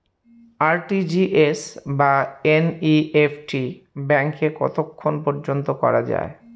RTGS বা NEFT ব্যাংকে কতক্ষণ পর্যন্ত করা যায়?